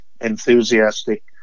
enthusiastic